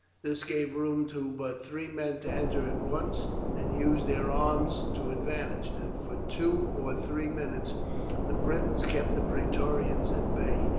this gave room to but three men to enter at once and use their arms to advantage, and for two or three minutes the britons kept the praetorians at bay,